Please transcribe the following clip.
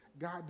God